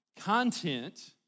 Content